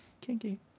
Kinky